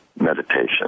meditation